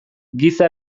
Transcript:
giza